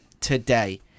today